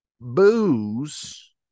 Booze